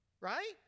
right